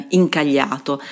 incagliato